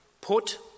Put